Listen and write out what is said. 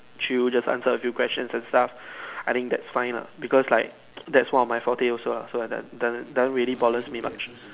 chill just answer a few question and stuff I think that's fine lah because like that's one my forte also ah so that that that it doesn't doesn't bother me that much